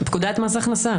פקודת מס הכנסה.